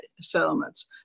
settlements